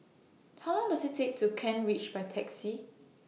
How Long Does IT Take to Kent Ridge By Taxi